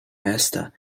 esther